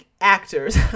actors